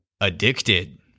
Addicted